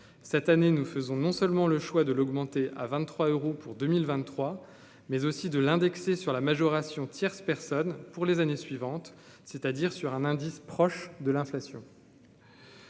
cette année nous faisons non seulement le choix de l'augmenter à 23 euros pour 2023, mais aussi de l'indexer sur la majoration tierce personne pour les années suivantes, c'est-à-dire sur un indice proche de l'inflation.